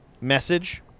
message